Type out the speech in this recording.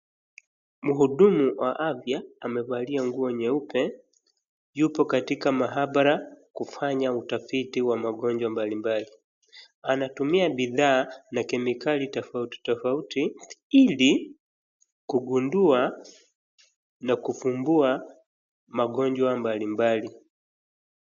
Mhudumu wa afya amevalia nguo nyeupe, yupo katika maabara kufanya utafiti wa magonjwa mbalimbali. Anatumia bidhaa na kemikali tofauti tofauti ili kugundua na kufumbua magonjwa mbalimbali.